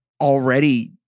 already